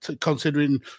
considering